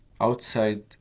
outside